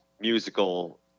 musical